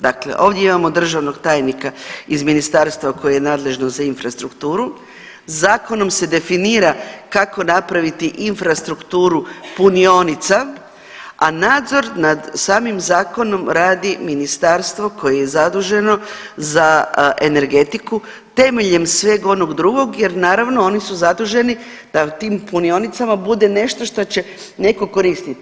Dakle, ovdje imamo državnog tajnika iz ministarstva koje je nadležno za infrastrukturu, zakonom se definira kako napraviti infrastrukturu punionica, a nadzor nad samim zakonom radi ministarstvo koje je zaduženo za energetiku temeljem sveg onog drugog jer naravno oni su zaduženi da u tim punionicama bude nešto šta će netko koristiti.